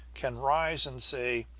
can rise and say,